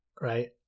right